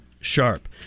sharp